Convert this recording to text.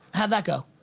how'd that go?